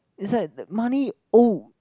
it's like money oh